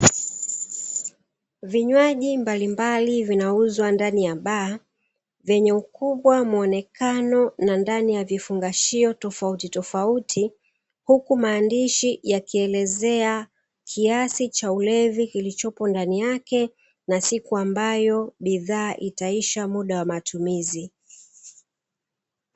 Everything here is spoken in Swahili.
Vinywaji mbalimbali vinauzwa ndani ya baa vyenye ukubwa, mwonekano na ndani ya vifungashio tofauti tofauti huku maandishi yakielezea kiasi cha ulevi kilichopo ndani yake na siku ambayo bidhaa itaisha muda wa matumizi.